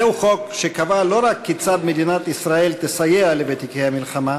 זהו חוק שקבע לא רק כיצד מדינת ישראל תסייע לוותיקי המלחמה,